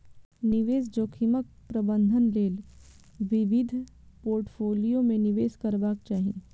निवेश जोखिमक प्रबंधन लेल विविध पोर्टफोलियो मे निवेश करबाक चाही